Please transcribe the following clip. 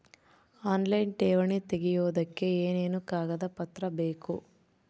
Online ಠೇವಣಿ ತೆಗಿಯೋದಕ್ಕೆ ಏನೇನು ಕಾಗದಪತ್ರ ಬೇಕು?